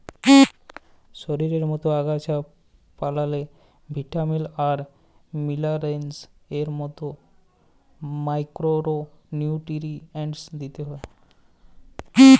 শরীরের মত গাহাচ পালাল্লে ভিটামিল আর মিলারেলস এর মত মাইকোরো নিউটিরিএন্টস দিতে হ্যয়